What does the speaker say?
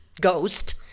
ghost